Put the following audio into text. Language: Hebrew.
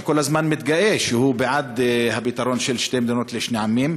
כל הזמן מתגאה שהוא בעד הפתרון של שתי מדינות לשני עמים,